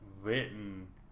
written